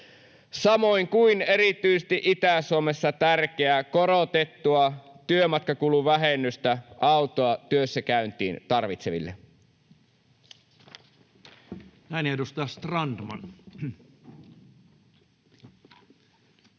samoin kuin erityisesti Itä-Suomessa tärkeää korotettua työmatkakuluvähennystä autoa työssäkäyntiin tarvitseville. [Speech 104] Speaker: